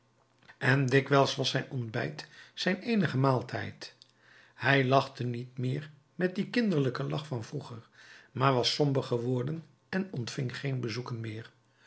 en dikwijls was zijn ontbijt zijn eenige maaltijd hij lachte niet meer met dien kinderlijken lach van vroeger maar was somber geworden en ontving geen bezoeken meer